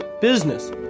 business